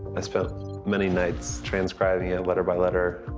i spent many nights transcribing it letter by letter.